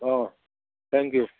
অঁ thank U